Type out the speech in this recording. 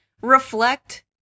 reflect